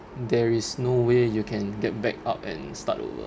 there is no way you can get back up and start over